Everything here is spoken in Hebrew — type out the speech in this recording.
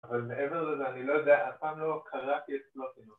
‫אבל מעבר לזה, ‫אני לא יודע, אף פעם לא קראתי אצלנו.